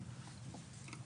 (שקף: